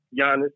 Giannis